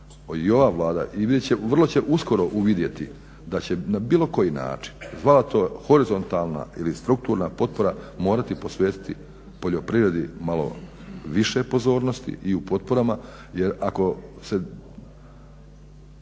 i ova Vlada i vrlo će uskoro uvidjeti da će na bilo koji način zvao to horizontalna ili strukturna potpora morati posvetiti poljoprivredi malo više pozornosti i u potporama. Jer ako se